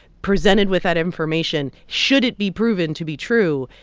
presented with that information, should it be proven to be true,